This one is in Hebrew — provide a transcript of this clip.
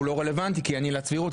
הוא לא רלוונטי כי אין עילת סבירות,